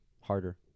Harder